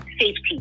safety